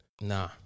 Nah